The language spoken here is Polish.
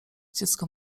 dziecko